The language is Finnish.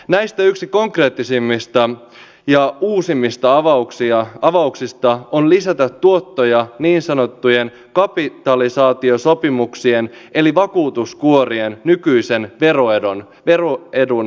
näistä yksi konkreettisimmista ja uusimmista avauksista on lisätä tuottoja niin sanottujen kapitalisaatiosopimuksien eli vakuutuskuorien nykyistä veroetua heikentämällä